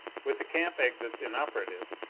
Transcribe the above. with the camp exits inoperative,